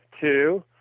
two